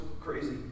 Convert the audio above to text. crazy